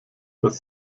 das